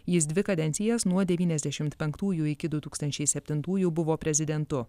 jis dvi kadencijas nuo devyniasdešimt penktųjų iki du tūkstančiai septintųjų buvo prezidentu